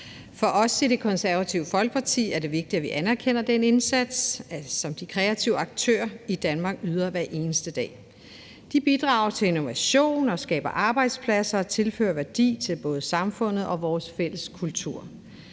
For os i Det Konservative Folkeparti er det vigtigt, at vi anerkender den indsats, som de kreative aktører i Danmark yder hver eneste dag. De bidrager til innovation og skaber arbejdspladser og tilfører værdi til både samfundet og vores fælles kultur.